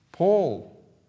Paul